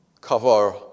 cover